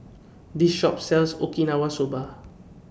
This Shop sells Okinawa Soba